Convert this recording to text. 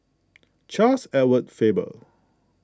Charles Edward Faber